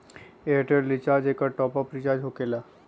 Airtel recharge एकर top off recharge होकेला?